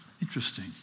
Interesting